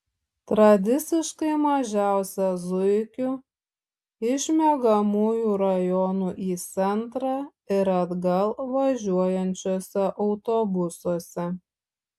tradiciškai mažiausia zuikių iš miegamųjų rajonų į centrą ir atgal važiuojančiuose autobusuose